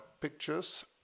pictures